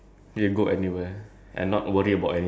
cause people don't don't even know you